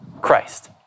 Christ